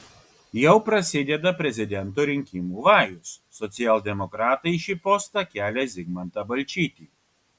jau prasideda prezidento rinkimų vajus socialdemokratai į šį postą kelią zigmantą balčytį